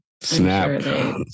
Snap